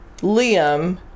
Liam